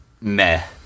Meh